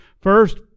first